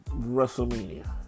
WrestleMania